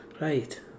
right